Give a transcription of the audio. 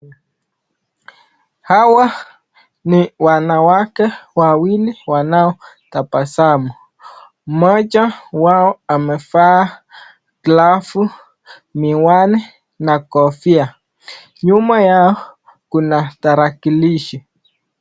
Hawa ni wanawake wawili wanao tabasamu moja wao amevaa glavu, miwani na kofia nyuma yao kuna tarakilishi.